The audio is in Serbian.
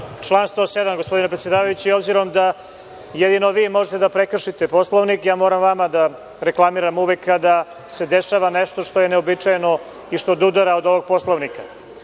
Član 107, gospodine predsedavajući, obzirom da jedino vi možete da prekršite Poslovnik moram vama da reklamiram uvek kada se dešava nešto što je neuobičajeno i što odudara od ovog Poslovnika. Molim